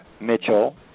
Mitchell